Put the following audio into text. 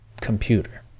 computer